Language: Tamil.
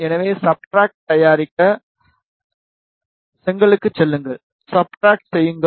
எனவே சப்ஸ்ட்ரட் தயாரிக்க செங்கலுக்குச் செல்லுங்கள் சப்ஸ்ட்ரட் செய்யுங்கள்